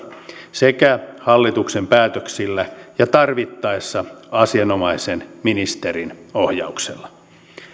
sekä hallituksen päätöksillä ja tarvittaessa asian omaisen ministerin ohjauksella